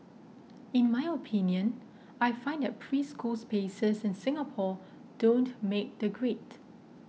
in my opinion I find that preschool spaces in Singapore don't make the grade